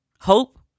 hope